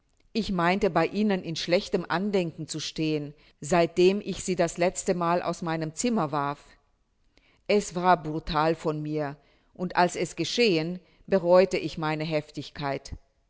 ich meinte bei ihnen in schlechtem andenken zu stehen seitdem ich sie das letztemal aus meinem zimmer warf es war brutal von mir und als es geschehen bereuete ich meine heftigkeit